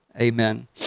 Amen